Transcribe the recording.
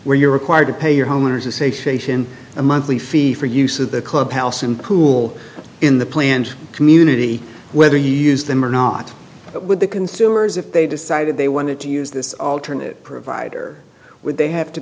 where you're required to pay your homeowners a satiation a monthly fee for use of the clubhouse and pool in the planned community whether you use them or not but with the consumers if they decided they wanted to use this alternate provider would they have to